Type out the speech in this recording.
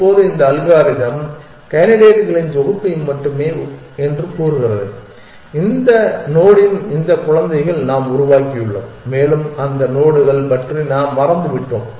இப்போது இந்த அல்காரிதம் கேண்டிடேட்களின் தொகுப்பு மட்டுமே என்று கூறுகிறது இந்த நோடின் இந்த குழந்தைகள் நாம் உருவாக்கியுள்ளோம் மேலும் அந்த நோடுகள் பற்றி நாம் மறந்துவிட்டோம்